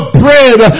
bread